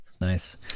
Nice